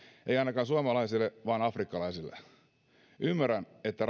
ei ainakaan suomalaisille vaan afrikkalaisille ymmärrän että